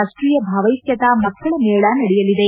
ರಾಷ್ಟೀಯ ಭಾವೈಕ್ಯತಾ ಮಕ್ಕಳ ಮೇಳ ನಡೆಯಲಿದೆ